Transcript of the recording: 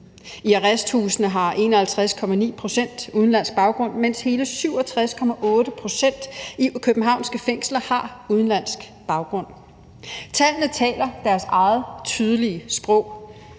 I arresthusene har 51,9 pct. udenlandsk baggrund, mens hele 67,8 pct. i københavnske fængsler har udenlandsk baggrund. Tallene taler deres eget tydelige sprog.